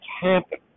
happen